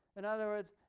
in other words,